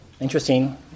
Interesting